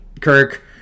Kirk